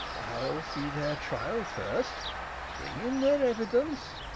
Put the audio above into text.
i'll see their trial first bring in their evidence.